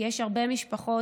כי יש הרבה משפחות,